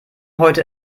heute